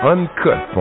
Uncut